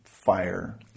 Fire